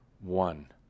one